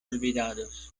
olvidados